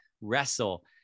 wrestle